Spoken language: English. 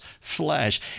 flesh